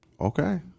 Okay